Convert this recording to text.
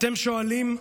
אתם שואלים: